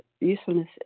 usefulness